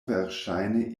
verŝajne